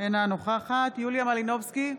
אינה נוכחת יוליה מלינובסקי,